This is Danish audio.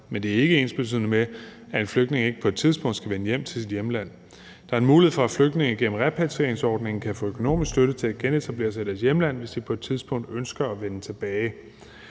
men det er ikke ensbetydende med, at en flygtning ikke på et tidspunkt skal vende hjem til sit hjemland. Der er en mulighed for, at flygtninge gennem repatrieringsordningen kan få økonomisk støtte til at genetablere sig i deres hjemland, hvis de på et tidspunkt ønsker at vende tilbage.